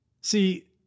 See